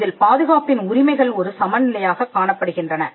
இதில் பாதுகாப்பின் உரிமைகள் ஒரு சமநிலையாகக் காணப்படுகின்றன